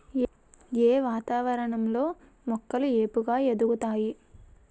ఏ వాతావరణం లో మొక్కలు ఏపుగ ఎదుగుతాయి?